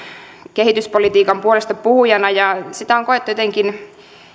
kehityspolitiikan puolestapuhujana ja sitä on koettu jotenkin